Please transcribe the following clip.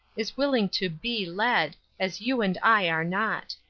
is willing to be led, as you and i are not.